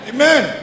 Amen